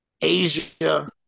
Asia